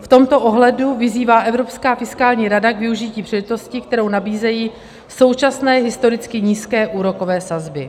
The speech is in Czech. V tomto ohledu vyzývá Evropská fiskální rada k využití příležitosti, kterou nabízejí současné historicky nízké úrokové sazby.